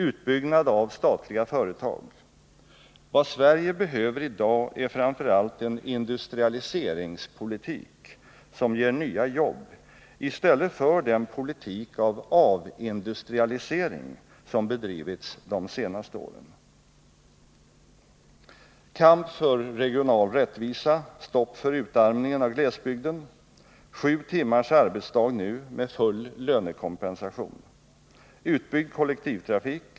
Utbyggnad av statliga företag. Vad Sverige behöver i dag är framför allt en industrialiseringspolitik som ger nya jobb i stället för den politik med avindustrialisering som bedrivits under de senaste åren. Kamp för regional rättvisa — stopp för utarmningen av glesbygden. Sju timmars arbetsdag nu med full lönekompensation. Utbyggd kollektivtrafik.